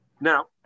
Now